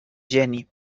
geni